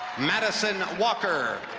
madison walker,